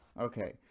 Okay